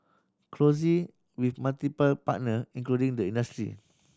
closely with multiple partner including the industry